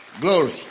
Glory